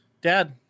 dad